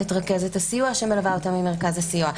את רכזת הסיוע שמלווה אותה ממרכז הסיוע,